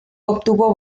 obtuvo